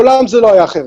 מעולם זה לא היה אחרת.